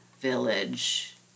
village